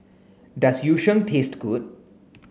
does Yu Sheng taste good